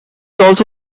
also